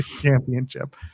championship